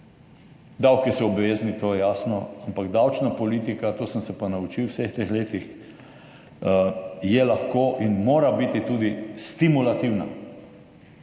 Davki so obvezni, to je jasno, ampak davčna politika, to sem se pa naučil v vseh teh letih, je lahko in mora biti tudi stimulativna.